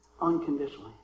unconditionally